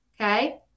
Okay